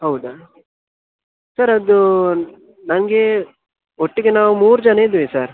ಹೌದಾ ಸರ್ ಅದು ನನಗೆ ಒಟ್ಟಿಗೆ ನಾವು ಮೂರು ಜನ ಇದ್ದೇವೆ ಸರ್